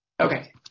Okay